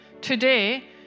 today